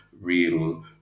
real